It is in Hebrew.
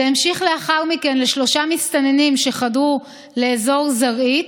המשיכה לאחר מכן בשלושה מסתננים שחדרו לאזור זרעית,